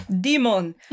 Demon